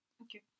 Okay